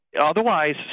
Otherwise